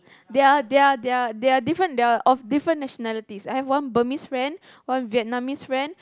they're they're they're they're different they're of different nationalities I have one Bermise friend one Vietnamese friend